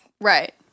right